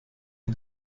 den